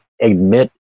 admit